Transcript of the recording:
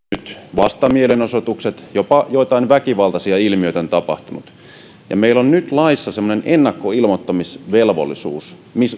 vastamielenosoitukset jopa joitain väkivaltaisia ilmiöitä on tapahtunut meillä on nyt laissa semmoinen ennakkoilmoittamisvelvollisuus